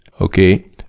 Okay